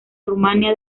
rumania